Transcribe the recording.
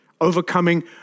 overcoming